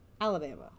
Alabama